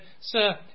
Sir